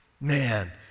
man